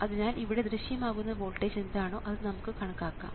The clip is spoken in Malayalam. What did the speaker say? അതിനാൽ ഇവിടെ ദൃശ്യമാകുന്ന വോൾട്ടേജ് എന്താണോ അത് നമുക്ക് കണക്കാക്കാം